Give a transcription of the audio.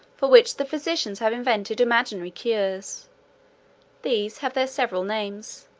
for which the physicians have invented imaginary cures these have their several names,